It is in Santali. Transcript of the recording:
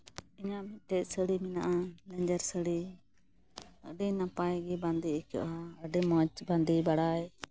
ᱤᱧᱟᱹᱜ ᱢᱤᱫᱴᱮᱡ ᱥᱟᱹᱲᱤ ᱢᱮᱱᱟᱜᱼᱟ ᱞᱮᱸᱡᱮᱨ ᱥᱟᱹᱲᱤ ᱟᱹᱰᱤ ᱱᱟᱯᱟᱭ ᱜᱮ ᱵᱟᱸᱫᱮ ᱟᱹᱭᱠᱟᱹᱜᱼᱟ ᱟᱹᱰᱤ ᱢᱚᱡᱽ ᱵᱟᱸᱫᱮ ᱵᱟᱲᱟᱭ